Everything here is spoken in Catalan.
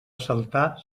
saltar